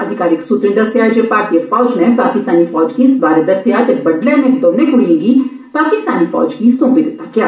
अधिकाकि सूत्रें दस्सेआ जे भारतीय र्फाज नै पाकिस्तानी फौज गी इस बारै दस्सेआ ते बडलै इने दोने कुड़ियें गी पाकिस्तानी फौज गी सौंपी दित्ता गेआ